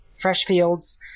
Freshfields